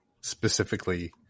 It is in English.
specifically